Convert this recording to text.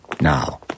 Now